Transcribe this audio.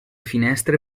finestre